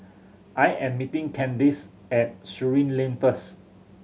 I am meeting Candace at Surin Lane first